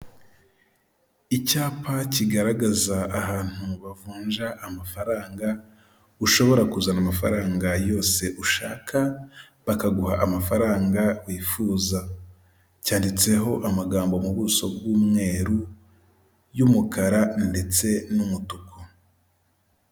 Icyapa kigaragaza ahantu bavunja amafaranga ushobora kuzana amafaranga yose ushaka bakaguha amafaranga wifuza. Cyanditseho amagambo mu buso bw'umweru, y'umukara, ndetse n'umutuku.